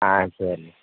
ஆ சரிங்க